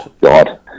God